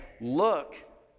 look